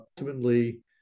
ultimately